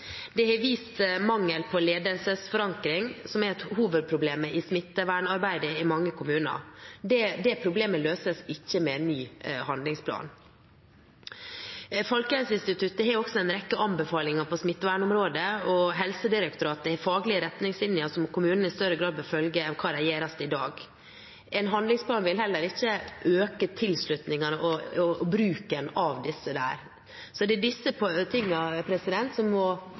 Det har vist mangel på ledelsesforankring, som er hovedproblemet i smittevernarbeidet i mange kommuner. Det problemet løses ikke med en ny handlingsplan. Folkehelseinstituttet har også en rekke anbefalinger på smittevernområdet, og Helsedirektoratet har faglige retningslinjer som kommunene bør følge i større grad enn de gjør i dag. En handlingsplan vil heller ikke øke tilslutningen og bruken av disse der. Det er disse tingene som må tas tak i i kommunene, og det